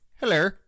Hello